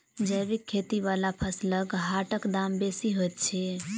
जैबिक खेती बला फसलसबक हाटक दाम बेसी होइत छी